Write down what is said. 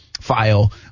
file